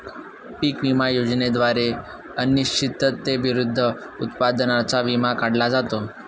पीक विमा योजनेद्वारे अनिश्चिततेविरुद्ध उत्पादनाचा विमा काढला जातो